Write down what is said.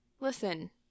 listen